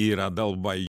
yra dalbai